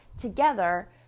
together